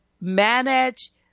manage